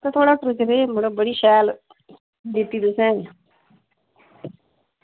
में थुआढ़े होटल गेदी मतलब बड़ी शैल दित्ती तुसें